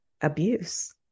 abuse